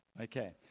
Okay